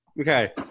Okay